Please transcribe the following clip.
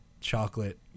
chocolate